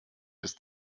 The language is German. ist